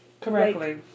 Correctly